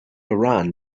iran